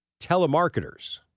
telemarketers